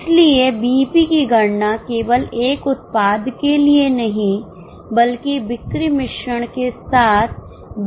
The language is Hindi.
इसलिए बीईपी की गणना केवल एक उत्पाद के लिए नहीं बल्कि बिक्री मिश्रण के साथ